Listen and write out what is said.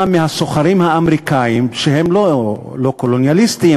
מהסוחרים האמריקנים הלא קולוניאליסטים,